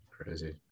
Crazy